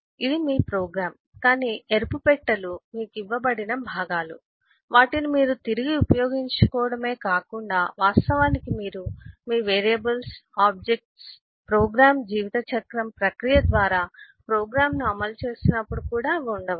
ఇది మీ ప్రోగ్రామ్ కానీ ఎరుపు పెట్టెలు మీకు ఇవ్వబడిన భాగాలు వీటిని మీరు తిరిగి ఉపయోగించుకోవడమే కాకుండా వాస్తవానికి మీరు మీ వేరియబుల్స్ ఆబ్జెక్ట్ల ప్రోగ్రామ్ జీవితచక్రం ప్రక్రియ ద్వారా ప్రోగ్రామ్ను అమలు చేస్తున్నప్పుడు కూడా అవి ఉండవచ్చు